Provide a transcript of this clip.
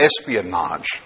espionage